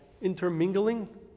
intermingling